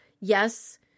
yes